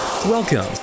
Welcome